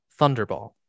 Thunderball